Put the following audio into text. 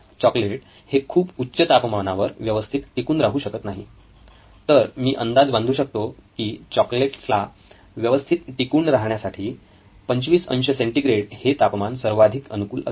chocolate हे खूप उच्च तापमानावर व्यवस्थित टिकून राहू शकत नाही तर मी असा अंदाज बांधू शकतो की चॉकलेट्स ला व्यवस्थित टिकून राहण्यासाठी 25 अंश सेंटिग्रेड हे तापमान सर्वाधिक अनुकूल असते